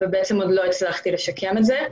בעצם עוד לא הצלחתי לשקם את זה.